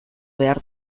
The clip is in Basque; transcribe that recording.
behar